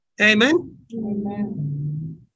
Amen